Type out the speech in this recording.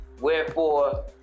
Wherefore